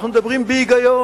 אנחנו מדברים בהיגיון.